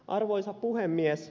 arvoisa puhemies